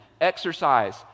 exercise